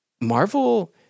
Marvel